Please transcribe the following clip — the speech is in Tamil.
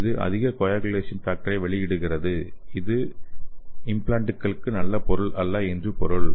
இது அதிக கொயாகுலேசன் ஃபேக்டரை வெளியிடுகிறது இது உள்வைப்புகளுக்கு ஒரு நல்ல பொருள் அல்ல என்று பொருள்